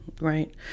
Right